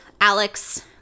Alex